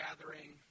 gathering